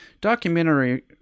documentary